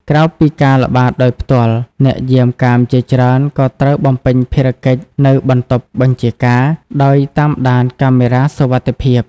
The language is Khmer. ក្រៅពីការល្បាតដោយផ្ទាល់ អ្នកយាមកាមជាច្រើនក៏ត្រូវបំពេញភារកិច្ចនៅ បន្ទប់បញ្ជាការ ដោយ តាមដានកាមេរ៉ាសុវត្ថិភាព។